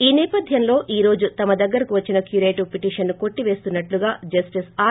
ఈ సేపథ్యంలో ఈ రోజు తమ దగ్గరకు వచ్చిన క్యురేటివ్ పిటీషన్ను కొట్టివేస్తున్నట్లుగా జస్టిస్ ఆర్